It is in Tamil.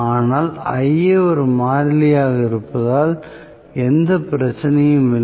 ஆனால் Ia ஒரு மாறிலியாக இருப்பதில் எந்த பிரச்சனையும் இல்லை